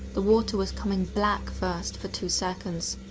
the water was coming black first for two seconds